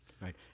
Right